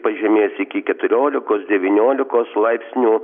pažemės iki keturiolikos devyniolikos laipsnių